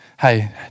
hey